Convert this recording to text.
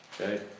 Okay